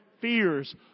fears